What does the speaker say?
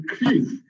increase